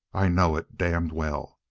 i know it, damn well.